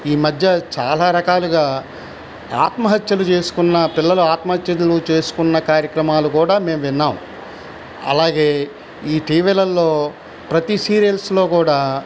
ఈమధ్య చాలారకాలుగా ఆత్మహత్యలు చేసుకున్న పిల్లలు ఆత్మహత్యలు చేసుకున్న కార్యక్రమాలు కూడా మేము విన్నాం అలాగే ఈ టీవీలల్లో ప్రతి సీరియల్స్లో కూడా